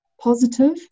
positive